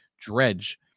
dredge